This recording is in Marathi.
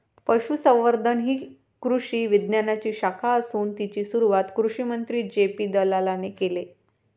पशुसंवर्धन ही कृषी विज्ञानाची शाखा असून तिची सुरुवात कृषिमंत्री जे.पी दलालाने केले